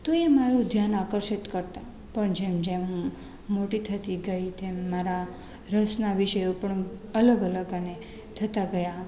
તો એ મારુ ધ્યાન આકર્ષિત કરતાં પણ જેમ જેમ હું મોટી થતી ગઈ તેમ મારા રસના વિષયો પણ અલગ અલગ અને થતાં ગયા